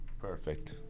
Perfect